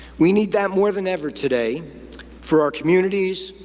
we need that more than ever today for our communities,